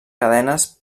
cadenes